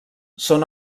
són